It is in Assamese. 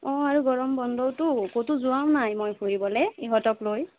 অঁ আৰু গৰম বন্ধওতো ক'তো যোৱাও নাই মই ফুৰিবলৈ ইহঁতক লৈ